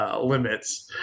limits